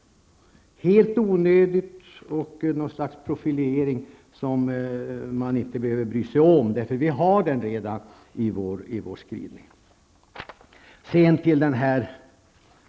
Det här är helt onödigt och utgör en slags profilering som man inte behöver bry sig om. Det framgår redan av utskottets skrivning.